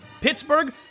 Pittsburgh